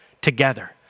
together